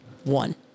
One